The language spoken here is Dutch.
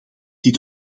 dit